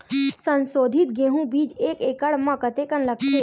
संसोधित गेहूं बीज एक एकड़ म कतेकन लगथे?